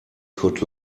could